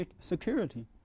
security